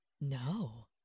No